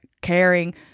caring